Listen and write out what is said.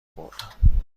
بردم